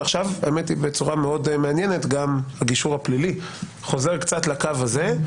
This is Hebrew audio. ועכשיו בצורה מאוד מעניינת גם הגישור הפלילי חוזר קצת לקו הזה.